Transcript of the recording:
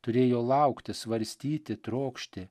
turėjo laukti svarstyti trokšti